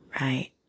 right